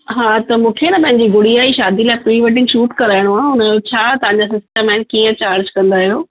हा त मूंखे ए न पंहिंजी गुड़िया जी शादी लाइ प्री वेडिंग शूट कराइणो आहे उन जो छा तव्हांजा सिस्टम आहिनि कीअं चार्ज कंदा आहियो